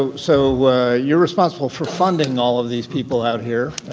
so so you're responsible for funding all of these people out here.